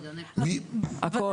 הכל.